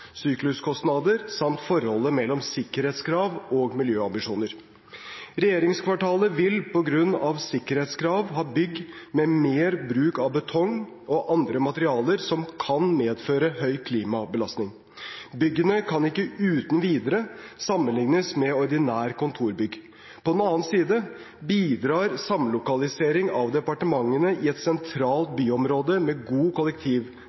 samt forholdet mellom sikkerhetskrav og miljøambisjoner. Regjeringskvartalet vil på grunn av sikkerhetskrav ha bygg med mer bruk av betong og andre materialer som kan medføre høy klimabelastning. Byggene kan ikke uten videre sammenlignes med ordinære kontorbygg. På den annen side bidrar samlokalisering av departementene i et sentralt byområde med god